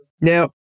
Now